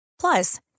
Plus